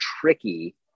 tricky